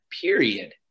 period